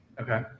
Okay